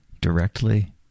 directly